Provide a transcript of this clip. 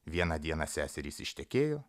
vieną dieną seserys ištekėjo